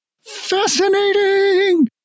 fascinating